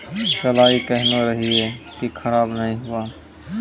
कलाई केहनो रखिए की खराब नहीं हुआ?